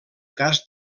cas